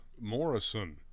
morrison